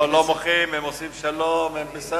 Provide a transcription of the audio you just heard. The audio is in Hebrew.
הם לא מוחאים, הם עושים שלום, והם בסדר.